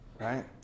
right